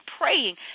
praying